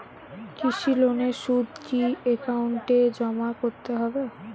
কৃষি লোনের সুদ কি একাউন্টে জমা করতে হবে?